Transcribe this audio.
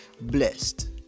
blessed